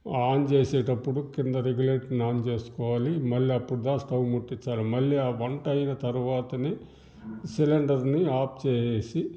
on చేసేటప్పుడు కింద రెగ్యులేటర్ని ఆన్ చేసుకోవాలి మళ్ళ అప్పుడుదా స్టవ్ ముట్టిచ్చాలి మళ్ళీ ఆ వంటైనా తరువాతనే సిలిండర్ని ఆఫ్ చేసేసి